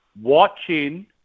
watching